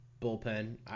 bullpen